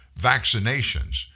vaccinations